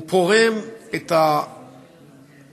הוא פורם את התפרים